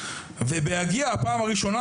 ״בהגיע הפעם הראשונה,